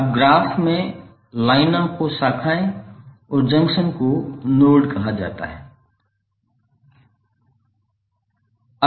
अब ग्राफ में लाइनों को शाखाएं और जंक्शन को नोड कहा जाएगा